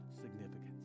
significance